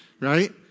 right